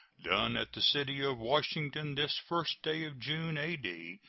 done at the city of washington, this first day of june, a d.